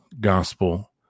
gospel